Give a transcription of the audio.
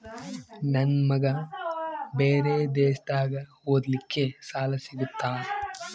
ನನ್ನ ಮಗ ಬೇರೆ ದೇಶದಾಗ ಓದಲಿಕ್ಕೆ ಸಾಲ ಸಿಗುತ್ತಾ?